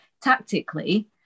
tactically